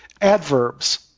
Adverbs